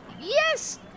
Yes